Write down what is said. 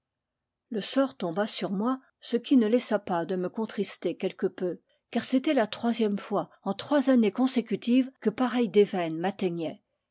le sort tomba sur moi ce qui ne laissa pas de me contrister quelque peu car c'était la troisième fois en trois années consécutives que pareille déveine m'atteignait